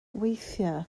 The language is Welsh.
weithiau